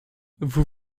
vous